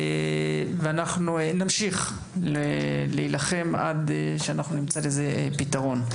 ואנחנו נמשיך להילחם עד שנמצא לזה פתרון.